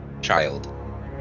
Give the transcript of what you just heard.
child